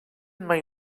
mai